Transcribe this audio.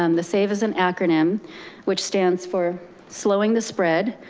um the save is an acronym which stands for slowing the spread,